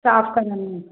साफ़ करण में